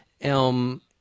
Elm